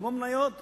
כמו מניות בבורסה,